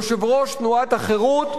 יושב-ראש תנועת החרות,